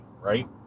right